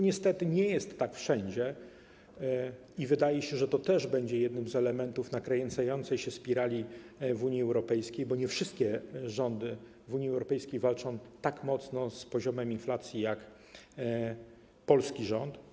Niestety nie jest tak wszędzie i wydaje się, że to będzie jednym z elementów nakręcającej się spirali w Unii Europejskiej, bo nie wszystkie rządy w Unii walczą tak mocno z poziomem inflacji jak polski rząd.